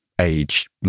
age